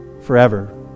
forever